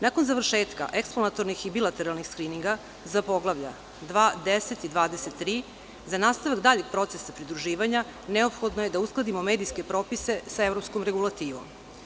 Nakon završetka eksplonatornih i bilateralnih skrininga za poglavlja 2, 10 i 23 za nastavak daljeg proces pridruživanja neophodno je da uskladimo medijske propise sa evropskom regulativom.